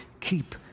keep